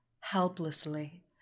helplessly